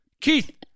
Keith